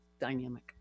dynamic